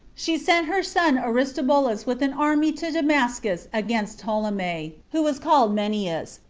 she sent her son aristobulus with an army to damascus against ptolemy, who was called menneus,